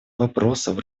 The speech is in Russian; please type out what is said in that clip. вопросов